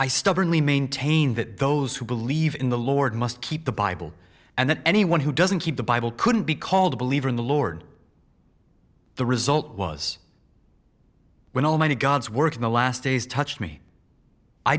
i stubbornly maintain that those who believe in the lord must keep the bible and that anyone who doesn't keep the bible couldn't be called a believer in the lord the result was when almighty god's work in the last days touched me i